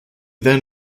then